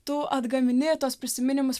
tu atgamini tuos prisiminimus